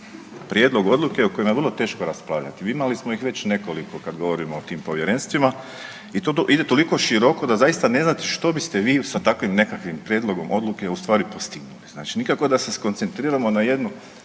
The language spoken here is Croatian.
prijedlog odluke o kojima je vrlo teško raspravljati. Imali smo ih već nekoliko kada govorimo o tim povjerenstvima i to ide toliko široko da zaista ne znate što biste vi sa takvim nekakvim prijedlogom odluke ustvari postigli. Znači nikako da se skoncentriramo na jednu